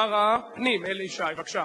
לנו.